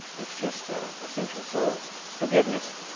it's just ah essential. so forgiveness.